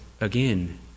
again